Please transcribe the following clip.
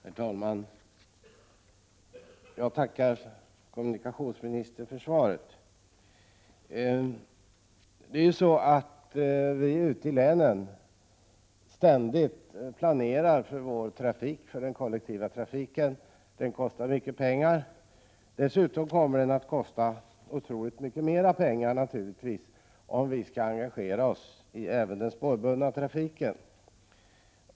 Herr talman! Jag tackar kommunikationsministern för svaret. Ute i länen planerar vi ständigt för den kollektiva trafiken. Den kostar mycket pengar, och den kommer naturligtvis att kosta ännu mycket mer pengar om vi på länsplanet skall engagera oss i även den spårbundna trafiken.